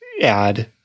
add